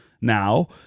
Now